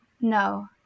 No